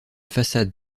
façade